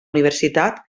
universitat